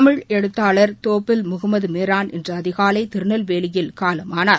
தமிழ் எழுத்தாளர் தோப்பில் முகமது மீரான் இன்று அதிகாலை திருநெல்வேலியில் காலமானார்